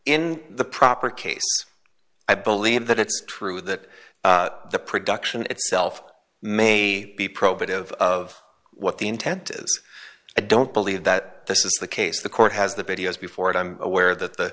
in the proper case i believe that it's true that the production itself may be probative of what the intent is a don't believe that this is the case the court has the videos before it i'm aware that the